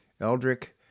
Eldrick